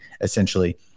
essentially